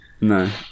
No